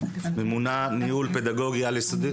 ממונה ניהול פדגוגי על יסודי.